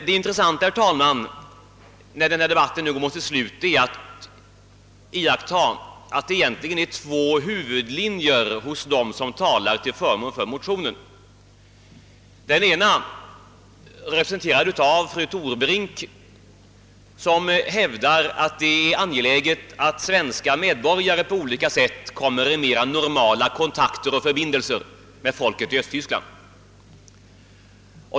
Det intressanta, herr talman, när denna debatt nu går mot sitt slut, är att iaktta att det egentligen finns två huvudlinjer hos den som talar till förmån för motionen. Den ena representeras av fru Torbrink, som hävdar att det är angeläget att svenska medborgare på olika sätt får mera normala kontakter och förbindelser med folket i Östtyskland.